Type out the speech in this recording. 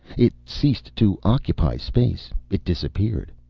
it ceased to occupy space. it disappeared.